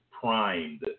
primed